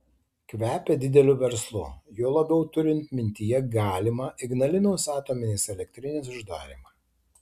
kvepia dideliu verslu juo labiau turint mintyje galimą ignalinos atominės elektrinės uždarymą